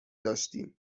داشتیم